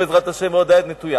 כן ירבו, בעזרת השם, ועוד היד נטויה,